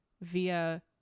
via